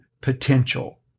potential